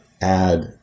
add